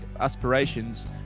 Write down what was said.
aspirations